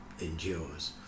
endures